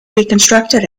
reconstructed